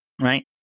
right